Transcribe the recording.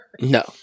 No